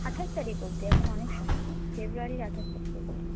আঠাশ তারিখ অবধি এখন অনেক সময় ফেব্রুয়ারির আঠাশ তারিক অবধি